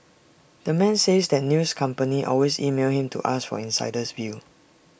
the man says that news companies always email him to ask for the insider's view